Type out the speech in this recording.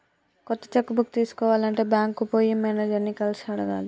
కొత్త cheque book తీసుకోవాలి అంటే బ్యాంకుకు పోయి మేనేజర్ ని కలిసి అడగాలి